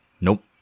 Nope